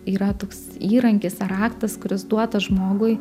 yra toks įrankis ar raktas kuris duotas žmogui